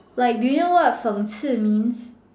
like do you know what 讽刺 means